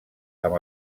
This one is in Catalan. amb